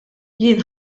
jien